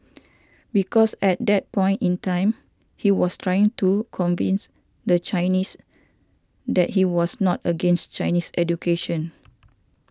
because at that point in time he was trying to convince the Chinese that he was not against Chinese education